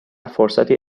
فرصتی